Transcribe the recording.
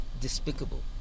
despicable